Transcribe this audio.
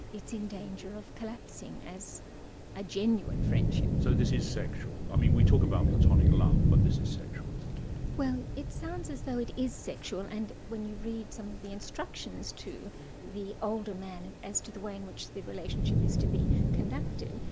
it's in danger of collapsing, as a genuine friendship. so this is sexual? i mean we talk about platonic love, but this is sexual, isn't it? well it sounds as though it is sexual and when you read some of the instructions to the older man as to the way in which the relationship is to be conducted,